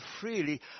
freely